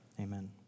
amen